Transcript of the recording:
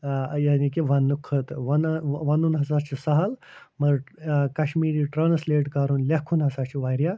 ٲں یعنی کہِ وَننہٕ کھۄتہٕ وَنُن ہسا چھُ سہل مگر ٲں کَشمیٖری ٹرٛانَسلیٹ کَرُن لیٚکھُن ہسا چھُ واریاہ